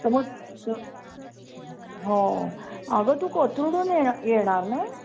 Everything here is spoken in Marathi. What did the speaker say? तर मग हो अगं तू कोथरूडहून येणार येणार ना